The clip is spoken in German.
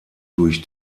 durch